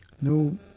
no